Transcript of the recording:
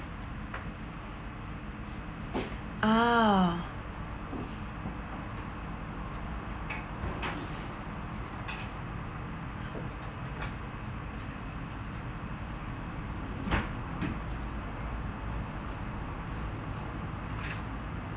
ah